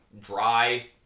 dry